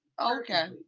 Okay